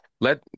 let